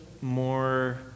more